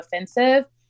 offensive